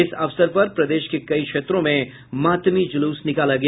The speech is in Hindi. इस अवसर पर प्रदेश के कई क्षेत्रों में मातमी जुलूस निकाला गया